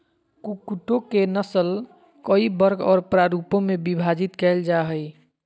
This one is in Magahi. कुक्कुटों के नस्ल कई वर्ग और प्ररूपों में विभाजित कैल जा हइ